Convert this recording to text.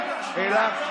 לא,